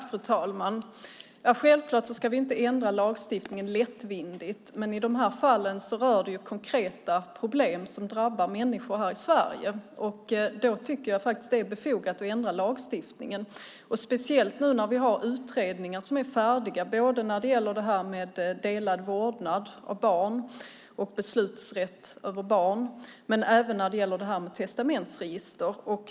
Fru talman! Självklart ska vi inte ändra lagstiftningen lättvindigt, men i dessa fall rör det konkreta problem som drabbar människor här i Sverige. Då tycker jag faktiskt att det är befogat att ändra lagstiftningen, speciellt nu när vi har utredningar som är färdiga både när det gäller delad vårdnad om barn och beslutsrätt över barn och när det gäller testamentsregister.